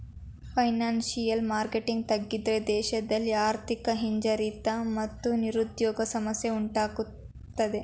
financial market ತಗ್ಗಿದ್ರೆ ದೇಶದಲ್ಲಿ ಆರ್ಥಿಕ ಹಿಂಜರಿತ ಮತ್ತು ನಿರುದ್ಯೋಗ ಸಮಸ್ಯೆ ಉಂಟಾಗತ್ತದೆ